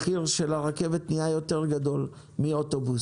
מחיר הנסיעה ברכבת נהיה יקר יותר ממחיר הנסיעה באוטובוס.